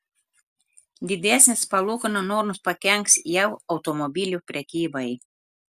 didesnės palūkanų normos pakenks jav automobilių prekybai